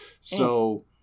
So-